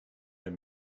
what